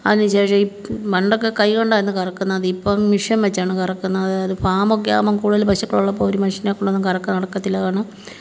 അതിന് ശേഷം ഈ പണ്ടൊക്കെ കയ്യ് കൊണ്ടായിരുന്നു കറക്കുന്നത് ഇപ്പം മെഷീൻ വെച്ചാണ് കറക്കുന്നത് അത് ഫാമൊക്കെ ആകുമ്പോൾ കൂടുതലും പശുക്കളുള്ളപ്പോൾ ഒരു മനുഷ്യനെകൊണ്ടൊങ്ങും കറക്ക് നടക്കത്തില്ല അതാണ്